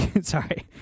sorry